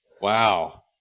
Wow